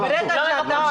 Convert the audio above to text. אז זה לא טוב.